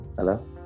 Hello